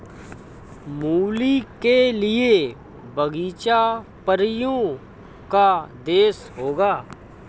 मूली के लिए बगीचा परियों का देश होगा